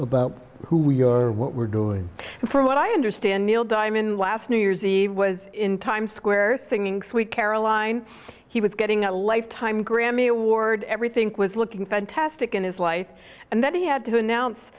about who we are what we're doing and for what i understand neil diamond last new year's eve was in times square singing sweet caroline he was getting a lifetime grammy award everything was looking fantastic in his life and then he had to announce